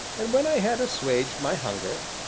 and when i had assuaged my hunger,